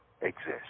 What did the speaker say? exist